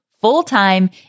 full-time